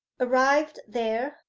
arrived there,